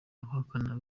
abahakana